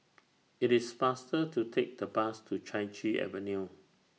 IT IS faster to Take The Bus to Chai Chee Avenue